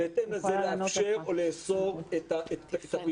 מקום ובהתאם לזה לאפשר או לאסור את הפעילות.